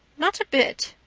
not a bit.